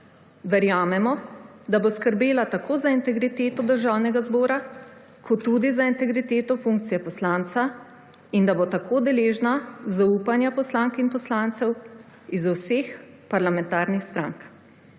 Verjamemo, da bo skrbela tako za integriteto Državnega zbora kot tudi za integriteto funkcije poslanca in da bo tako deležna zaupanja poslank in poslancev iz vseh parlamentarnih strank.